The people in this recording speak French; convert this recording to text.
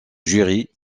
jury